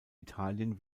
italien